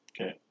Okay